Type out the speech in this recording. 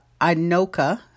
Anoka